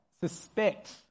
suspect